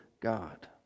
God